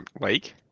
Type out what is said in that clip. lake